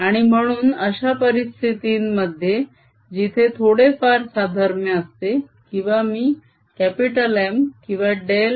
आणि म्हणून अश्या परिस्थितींमध्ये जिथे थोडे फार साधर्म्य असते किंवा मी M किंवा डेल